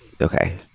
Okay